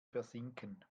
versinken